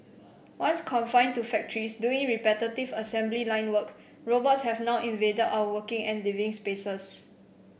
once confined to factories doing repetitive assembly line work robots have now invaded our working and living spaces